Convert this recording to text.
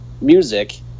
music